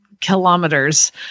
kilometers